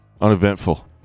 uneventful